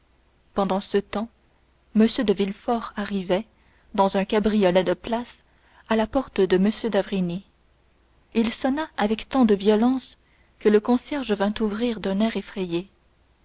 pendant ce temps m de villefort arrivait dans un cabriolet de place à la porte de m d'avrigny il sonna avec tant de violence que le concierge vint ouvrir d'un air effrayé